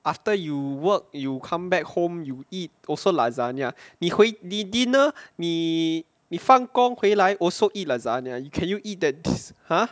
after you work you come back home you eat also lasagna 你回你 dinner 你你放工回来 also eat lasagna can you eat the